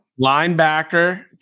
Linebacker